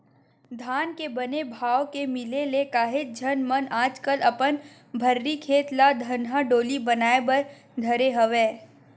धान के बने भाव के मिले ले काहेच झन मन आजकल अपन भर्री खेत ल धनहा डोली बनाए बर धरे हवय